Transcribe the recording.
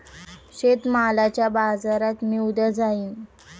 शेतमालाच्या बाजारात मी उद्या जाईन